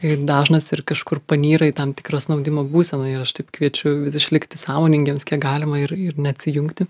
ir dažnas ir kažkur panyra į tam tikrą snaudimo būsenoje aš taip kviečiu išlikti sąmoningiems kiek galima ir ir neatsijungti